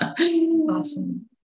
Awesome